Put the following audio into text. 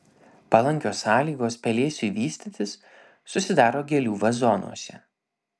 palankios sąlygos pelėsiui vystytis susidaro gėlių vazonuose